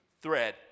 thread